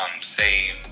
save